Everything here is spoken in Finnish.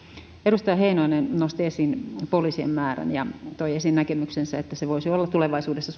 edustaja heinonen nosti esiin poliisien määrän ja toi esiin näkemyksensä että se voisi olla tulevaisuudessa